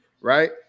right